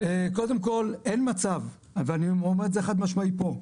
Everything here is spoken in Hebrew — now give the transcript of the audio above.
קודם כל, ואני אומר את זה חד משמעית פה,